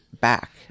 back